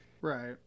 Right